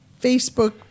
Facebook